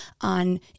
on